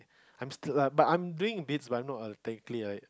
I'm still lah but I'm doing in bits but not exactly like